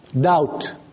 Doubt